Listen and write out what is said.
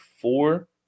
four